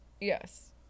yes